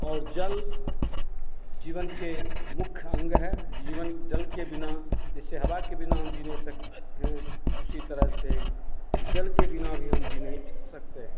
और जल जीवन के मुख्य अंग है जीवन जल के बिना जैसे हवा के बिना हम जी नहीं सकते हैं उसी तरह से जल के बिना भी हम जी नहीं सकते हैं